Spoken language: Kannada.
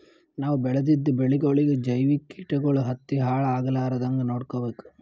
ನಾವ್ ಬೆಳೆದಿದ್ದ ಬೆಳಿಗೊಳಿಗಿ ಜೈವಿಕ್ ಕೀಟಗಳು ಹತ್ತಿ ಹಾಳ್ ಆಗಲಾರದಂಗ್ ನೊಡ್ಕೊಬೇಕ್